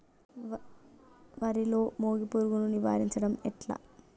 వరిలో మోగి పురుగును నివారించడం ఎట్లా?